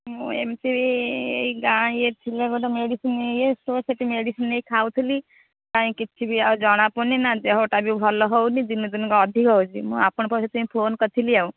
ମୁଁ ଏମିତି ଏଇ ଗାଁ ଇଏରେ ଥିଲା ଗୋଟେ ମେଡ଼ିସିନ୍ ଇଏ ଷ୍ଟୋର୍ ମେଡ଼ିସିନ୍ ନେଇ ଖାଉଥିଲି କାଇଁ କିଛି ବି ଜଣା ପଡ଼ୁନି ଦେହଟା ବି ଭଲ ହେଉନି ଦିନକୁ ଦିନ ଅଧିକ ହେଉଛି ମୁଁ ଆପଣଙ୍କ ପାଖକୁ ସେଥିପାଇଁ ଫୋନ୍ କରିଥିଲି ଆଉ